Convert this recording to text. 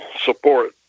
support